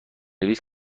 نویس